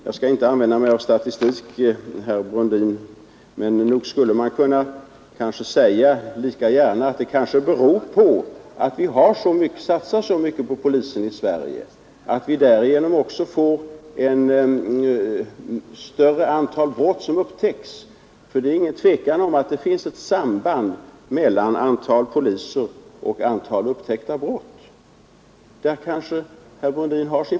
Jag skall inte använda mig av statistik, herr Brundin, men nog skulle man lika gärna kunna säga att ett större antal brott upptäcks i Sverige på grund av att vi satsar så mycket på polisen. Det råder nämligen ingen tvekan om att det finns ett samband mellan antalet poliser och antalet upptäckta brott.